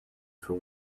for